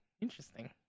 Interesting